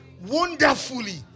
Wonderfully